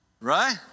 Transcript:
right